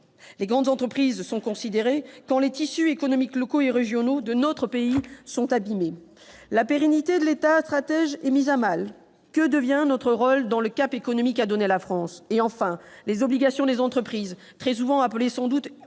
Les grandes entreprises sont considérées, quand les tissus économiques locaux et régionaux de notre pays sont abîmés. La pérennité de l'État stratège est mise à mal. Que devient notre rôle dans la fixation du cap économique à donner à la France ? Les obligations des entreprises, très souvent appelées, sans doute